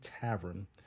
Tavern